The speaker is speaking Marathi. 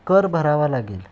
कर भरावा लागेल